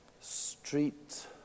street